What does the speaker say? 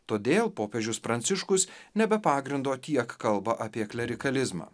todėl popiežius pranciškus ne be pagrindo tiek kalba apie klerikalizmą